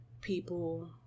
people